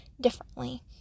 differently